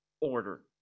order